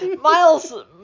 Miles